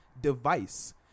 device